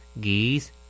geese